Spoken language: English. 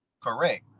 Correct